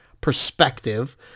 perspective